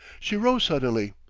she rose suddenly.